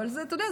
אבל אתה יודע,